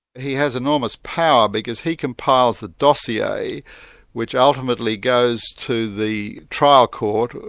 he has enormous power, because he compiles the dossier which ultimately goes to the trial court,